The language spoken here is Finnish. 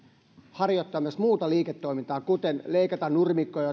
harjoittaa myös muuta liiketoimintaa kuten leikata nurmikoita